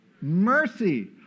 mercy